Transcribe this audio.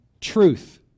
truth